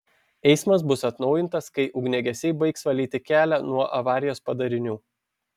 eismas bus atnaujintas kai ugniagesiai baigs valyti kelią nuo avarijos padarinių